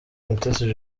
mutesi